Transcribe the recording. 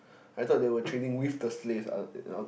I thought they were trading with the slaves I I